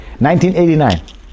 1989